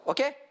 Okay